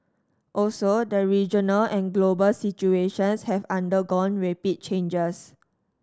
also the regional and global situations have undergone rapid changes